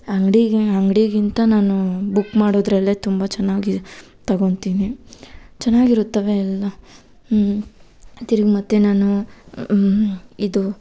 ಅಂಗಡಿಗೆ ಅಂಗಡಿಗಿಂತ ನಾನು ಬುಕ್ ಮಾಡೋದ್ರಲ್ಲೇ ತುಂಬ ಚೆನ್ನಾಗಿ ತಗೊತಿನಿ ಚೆನ್ನಾಗಿರುತ್ತವೆ ಎಲ್ಲ ತಿರ್ಗ ಮತ್ತೆ ನಾನು ಇದು